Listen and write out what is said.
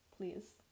please